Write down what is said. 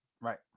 Right